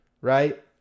right